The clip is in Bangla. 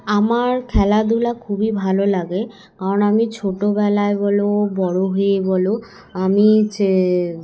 আমার খেলাধুলা খুবই ভালো লাগে কারণ আমি ছোটোবেলায় বলো বড়ো হয়ে বলো আমি যে